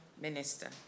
Minister